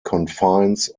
confines